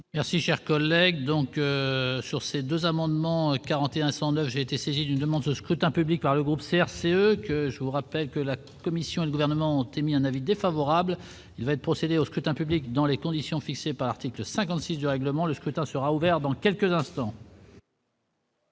Merci, cher collègue, donc sur ces 2 amendements 41 109 j'ai été saisi d'une demande ce scrutin public par le groupe CRCE je vous rappelle que la commission et le gouvernement ont émis un avis défavorable, il va procédé au scrutin public dans les conditions fixées par l'article 56 du règlement, le scrutin sera ouvert dans quelques instants.